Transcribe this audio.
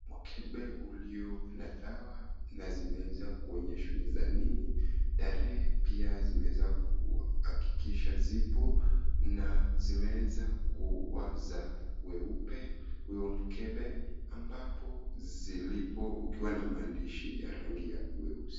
Mkebe ulio na dawa na zimeeza kuonyeshwa ni za nini tarehe pia zimeeza kuhakikisha zipo na zimeeza kuwa za weupe huo mkebe ambapo zilipo ukiwa na maandishi yale ya rangi ya weusi.